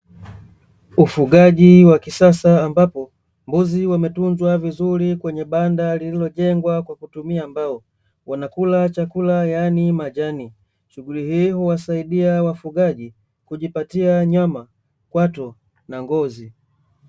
Ufugaji wa kisasa, ambapo mbuzi wametunzwa vizuri kwenye banda lililojengwa kwa kutumia mbao, wanakula chakula yaani majani, shughuli hii huwasadia wafugaji kujipatia nyama ,kwato na ngozi.